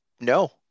No